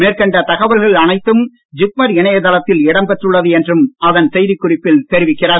மேற்கண்ட தகவல்கள் அனைத்தும் ஜிப்மர் இணையதளத்தில் இடம் பெற்றுள்ளது என்றும் அதன் செய்திக்குறிப்பு தெரிவிக்கிறது